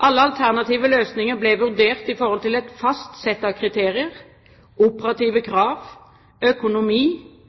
Alle alternative løsninger ble vurdert i forhold til et fast sett av kriterier: operative krav, økonomi,